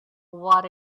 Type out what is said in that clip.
what